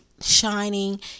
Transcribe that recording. shining